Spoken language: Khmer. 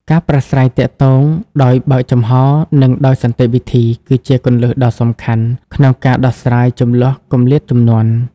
ការប្រាស្រ័យទាក់ទងដោយបើកចំហ និងដោយសន្តិវិធី គឺជាគន្លឹះដ៏សំខាន់ក្នុងការដោះស្រាយជម្លោះគម្លាតជំនាន់។